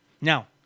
Now